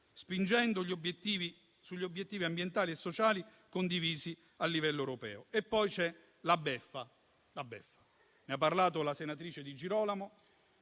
spingendo sugli obiettivi ambientali e sociali condivisi a livello europeo. E poi c'è la beffa, di cui ha già parlato la senatrice Di Girolamo.